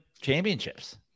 championships